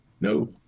No